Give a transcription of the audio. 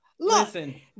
Listen